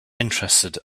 interested